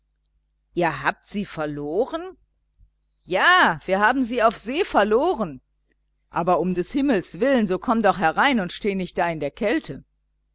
ihr habt sie verloren ja wir haben sie auf see verloren aber um des himmels willen so komm doch herein und steh da nicht in der kälte